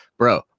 Bro